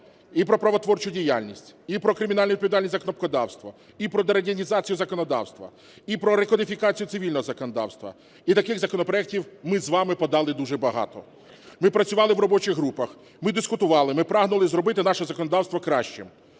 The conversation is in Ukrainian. і про правотворчу діяльність, і про кримінальну відповідальність за кнопкодавство, і про дерадянізацію законодавства, і про рекодифікацію цивільного законодавства, і таких законопроектів ми з вами подали дуже багато. Ми працювали в робочих групах, ми дискутували, ми прагнули зробити наше законодавство кращим,